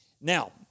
now